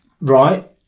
Right